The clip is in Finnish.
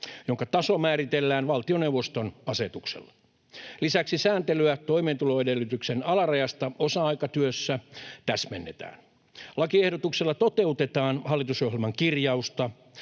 jonka taso määritellään valtioneuvoston asetuksella. Lisäksi sääntelyä toimeentuloedellytyksen alarajasta osa-aikatyössä täsmennetään. Lakiehdotuksella toteutetaan hallitusohjelman kirjausta,